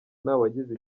ntawagize